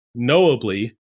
knowably